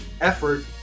effort